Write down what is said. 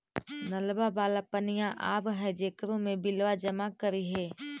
नलवा वाला पनिया आव है जेकरो मे बिलवा जमा करहिऐ?